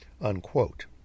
unquote